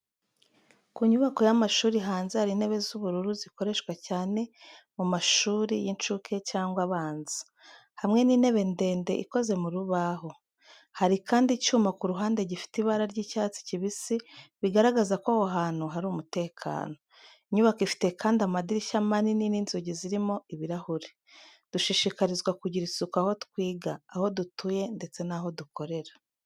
Ku nyubako y’amashuri, hanze hari intebe z’ubururu zikoreshwa cyane mu mashuri y’incuke cyangwa abanza, hamwe n’intebe ndende ikoze mu rubaho. Hari kandi icyuma ku ruhande gifite ibara ry’icyatsi kibisi, bigaragaza ko aho hantu hari umutekano. Inyubako ifite kandi amadirishya manini n’inzugi zirimo ibirahure. Dushishikarizwa kugira isuku aho twiga, aho dutuye, ndetse n’aho dukorera.